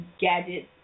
gadgets